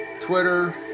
twitter